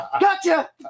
Gotcha